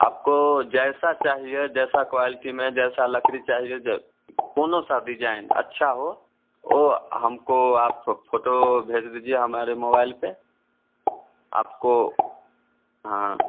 आपको जैसा चाहिए जैसा क्वालिटी में जैसा लकड़ी चाहिए ज कौनसा डिजाइन अच्छा हो ओ हमको आप फ़ोटो भेज दीजिए हमारे मोबाईल पर आपको हाँ